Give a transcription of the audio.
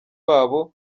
babo